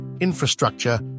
infrastructure